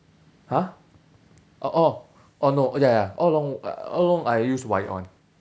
!huh! oh oh oh no ya ya all along all along I used wired [one]